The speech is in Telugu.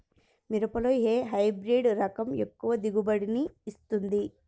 మిరపలో ఏ హైబ్రిడ్ రకం ఎక్కువ దిగుబడిని ఇస్తుంది?